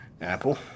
Apple